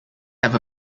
have